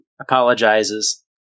apologizes